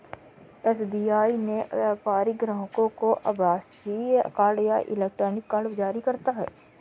SBI अपने व्यापारिक ग्राहकों को आभासीय कार्ड या इलेक्ट्रॉनिक कार्ड जारी करता है